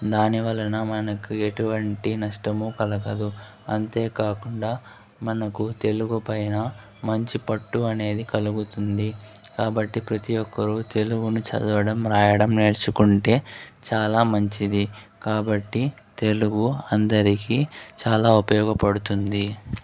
దాని వలన మనకు ఎటువంటి నష్టము కలగదు అంతేకాకుండా మనకు తెలుగుపైన మంచి పట్టు అనేది కలుగుతుంది కాబట్టి ప్రతీ ఒక్కరు తెలుగును చదవడం రాయడం నేర్చుకుంటే చాలా మంచిది కాబట్టి తెలుగు అందరికీ చాలా ఉపయోగపడుతుంది